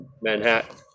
Manhattan